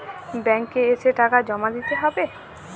Bank এ এসে টাকা জমা দিতে হবে?